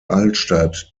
altstadt